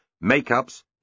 make-ups